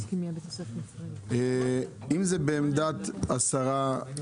אם זה בעמדת השרה,